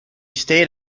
stayed